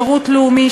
שירות לאומי,